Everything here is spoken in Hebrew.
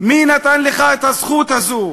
מי נתן לך את הזכות הזו?